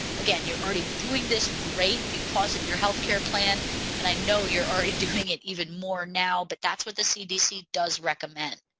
again you're already doing this great because of your health care plan and i know you're already doing it even more now but that's what the cdc does recommend.